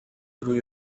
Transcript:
through